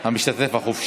על הצעת חוק המשתתף החופשי.